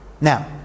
Now